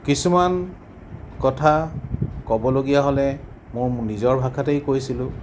কিছুমান কথা ক'বলগীয়া হ'লে মোৰ নিজৰ ভাষাতেই কৈছিলোঁ